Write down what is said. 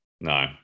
No